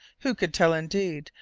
who could tell indeed,